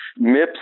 MIPS